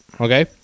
Okay